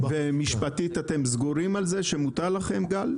ומשפטית אתם סגורים על זה שמותר לכם גל?